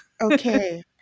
Okay